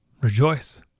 Rejoice